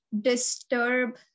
disturb